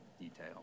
detail